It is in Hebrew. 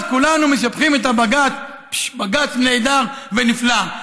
אז כולנו משבחים את הבג"ץ, בג"ץ נהדר ונפלא.